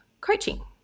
coaching